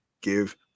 give